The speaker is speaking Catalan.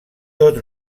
tot